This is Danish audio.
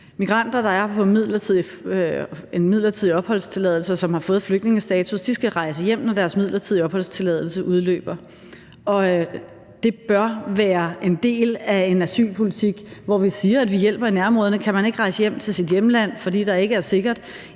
Migranter, der er på en midlertidig opholdstilladelse, og som har fået flygtningestatus, skal rejse hjem, når deres midlertidige opholdstilladelse udløber. Og det bør være en del af en asylpolitik, hvor vi siger, at vi hjælper i nærområderne. Og kan man ikke rejse hjem til sit hjemland, fordi der ikke er sikkert,